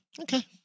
Okay